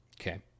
Okay